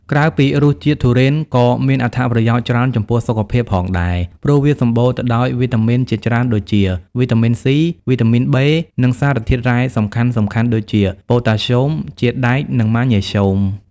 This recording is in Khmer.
ក្រៅពីរសជាតិ ទុរេនក៏មានអត្ថប្រយោជន៍ច្រើនចំពោះសុខភាពផងដែរ ព្រោះវាសម្បូរទៅដោយវីតាមីនជាច្រើនដូចជា វីតាមីន ស៊ី វីតាមីន ប៊េ និងសារធាតុរ៉ែសំខាន់ៗដូចជា ប៉ូតាស្យូម ជាតិដែក និងម៉ាញ៉េស្យូម។